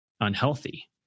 unhealthy